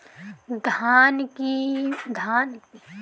धान के किमत केतना होखे चाही?